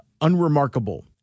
unremarkable